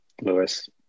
Lewis